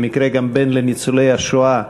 במקרה גם בן לניצולי השואה,